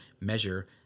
measure